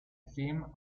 theme